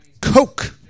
Coke